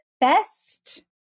best